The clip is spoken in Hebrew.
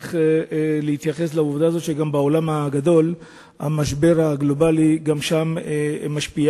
צריך להתייחס לעובדה שגם בעולם הגדול המשבר הגלובלי משפיע,